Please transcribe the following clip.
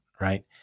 right